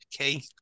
Okay